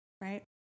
right